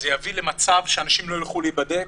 זה יביא למצב שאנשים לא ילכו להיבדק,